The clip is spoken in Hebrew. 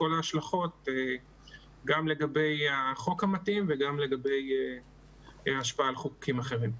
כל ההשלכות גם לגבי החוק המתאים וגם לגבי השפעה על חוקים אחרים.